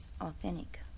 authentic